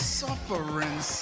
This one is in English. suffering